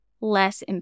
less